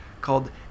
called